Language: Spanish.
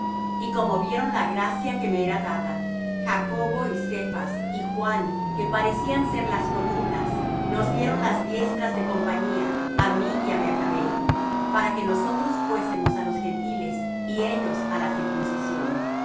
y como vieron la gracia que me era dada jacobo y cefas y juan que parecían ser las columnas nos dieron las diestras de compañía á mí y á bernabé para que nosotros fuésemos á los gentiles y ellos á la circuncisión